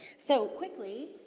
so, quickly,